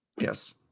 Yes